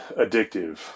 addictive